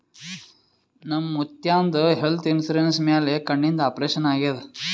ನಮ್ ಮುತ್ಯಾಂದ್ health insurance ಮ್ಯಾಲ ಕಣ್ಣಿಂದ್ ಆಪರೇಷನ್ ಆಗ್ಯಾದ್